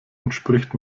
entspricht